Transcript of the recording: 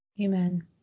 Amen